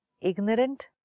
Ignorant